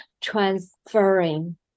transferring